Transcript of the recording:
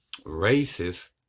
racist